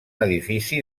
edifici